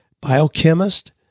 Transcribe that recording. biochemist